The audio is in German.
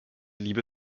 liebe